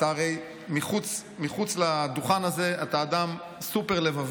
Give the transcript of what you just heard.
הרי מחוץ לדוכן הזה אתה אדם סופר-לבבי,